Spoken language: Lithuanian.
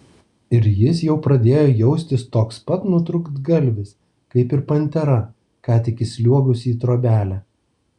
ir jis jau pradėjo jaustis toks pat nutrūktgalvis kaip ir pantera ką tik įsliuogusi į trobelę